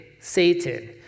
Satan